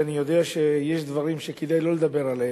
ואני יודע שיש דברים שכדאי לא לדבר עליהם.